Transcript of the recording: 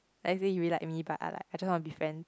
i say you really like me but I like I just wanna be friends